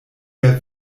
der